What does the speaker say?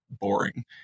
boring